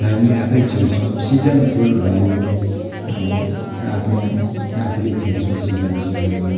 हामी आफै छिड्छौँ सिजन फुल भयो अब आफ्नै आफैले छिड्छौँ सिजन सिजनमा